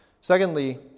Secondly